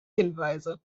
hinweise